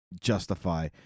justify